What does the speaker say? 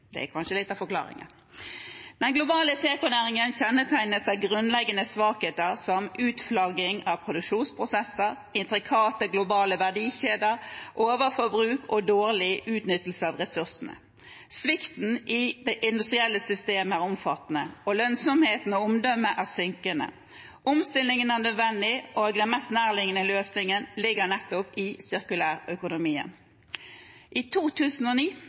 Det er kanskje litt av forklaringen. Den globale tekonæringen kjennetegnes av grunnleggende svakheter som utflagging av produksjonsprosesser, intrikate globale verdikjeder, overforbruk og dårlig utnyttelse av ressursene. Svikten i det industrielle systemet er omfattende, og lønnsomheten og omdømmet er synkende. Omstilling er nødvendig, og den mest nærliggende løsningen ligger nettopp i sirkulærøkonomien. I 2009